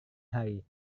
hari